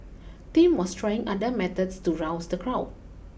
Tim was trying other methods to rouse the crowd